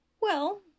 Well